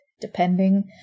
depending